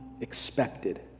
Expected